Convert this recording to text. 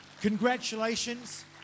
congratulations